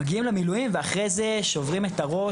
מגיעים למילואים ואחרי זה שוברים את הראש,